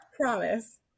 promise